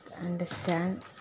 understand